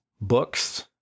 books